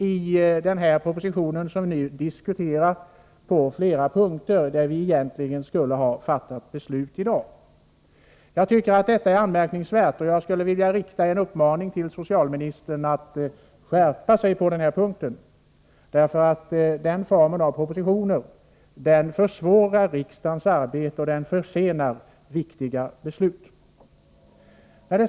I den proposition vi nu diskuterar saknast.ex. lagtext på flera punkter som vi egentligen skulle ha fattat beslut om i dag. Jag tycker att detta är anmärkningsvärt, och jag skulle vilja rikta en uppmaning till socialministern om att skärpa sig på den här punkten. Denna typ av propositioner försvårar nämligen riksdagens arbete och försenar viktiga beslut.